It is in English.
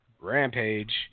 rampage